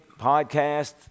podcast